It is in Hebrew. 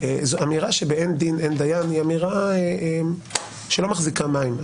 אמירה של באין דין אין דיין היא אמירה שלא מחזיקה מים,